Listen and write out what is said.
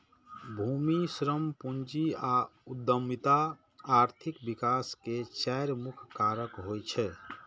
भूमि, श्रम, पूंजी आ उद्यमिता आर्थिक विकास के चारि मुख्य कारक होइ छै